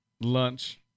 lunch